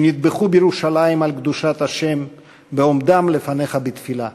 שנטבחו בירושלים על קדושת השם בעומדם לפניך בתפילה.